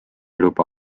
luba